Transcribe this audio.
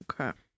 okay